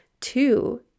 Two